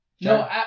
No